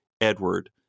Edward